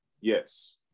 yes